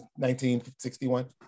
1961